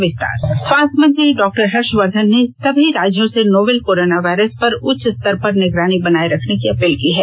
स्वास्थ्य मंत्री स्वास्थ्य मंत्री डाक्टर हर्षवर्धन ने सभी राज्यों से नोवेल कोरोना वायरस पर उच्च स्तर पर निगरानी बनाए रखने की अपील की है